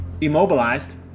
immobilized